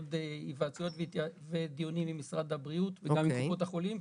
עוד היוועצויות ודיונים עם משרד הבריאות וגם עם קופות החולים,